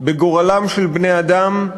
בגורלם של בני-אדם,